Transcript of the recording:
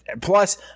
Plus